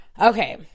Okay